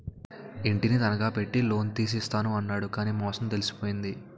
ఇంటిని తనఖా పెట్టి లోన్ తీసి ఇస్తాను అన్నాడు కానీ మోసం తెలిసిపోయింది